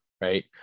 right